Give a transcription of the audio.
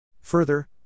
Further